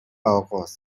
آقاست